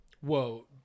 Whoa